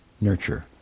nurture